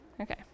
Okay